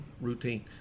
routine